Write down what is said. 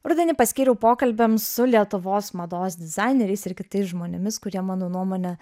rudenį paskyriau pokalbiams su lietuvos mados dizaineriais ir kitais žmonėmis kurie mano nuomone